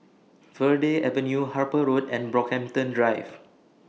Verde Avenue Harper Road and Brockhampton Drive